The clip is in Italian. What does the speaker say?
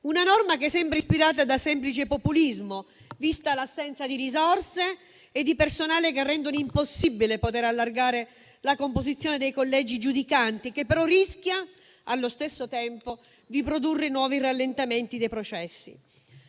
una norma che sembra ispirata da semplice populismo, vista l'assenza di risorse e di personale, che rendono impossibile allargare la composizione dei collegi giudicanti, ma che rischia, allo stesso tempo, di produrre nuovi rallentamenti dei processi.